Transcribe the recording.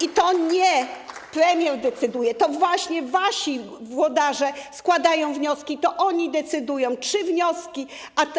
I to nie premier decyduje, to właśnie wasi włodarze składają wnioski, to oni decydują, czy wnioski.